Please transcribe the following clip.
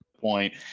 point